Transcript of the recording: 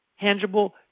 tangible